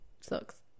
Sucks